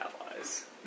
allies